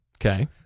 Okay